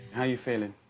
how are you feeling?